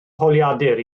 holiadur